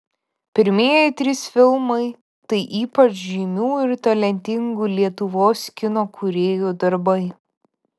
pirmieji trys filmai tai ypač žymių ir talentingų lietuvos kino kūrėjų darbai